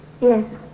Yes